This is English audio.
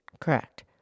Correct